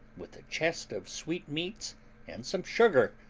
with a chest of sweetmeats and some sugar,